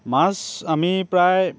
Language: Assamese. মাছ আমি প্ৰায়